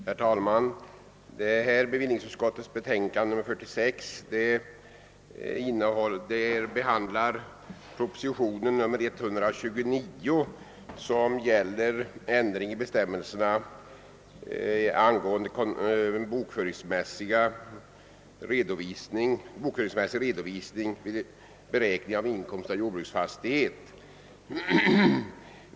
Herr talman! Detta bevillningsutskottets betänkande nr 46 behandlar propositionen nr 129 som gäller ändring i bestämmelserna angående bokföringsmässig redovisning vid beskattning av inkomst av jordbruksfastighet.